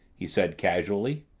he said casually.